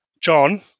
John